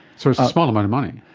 sort of small amount of money.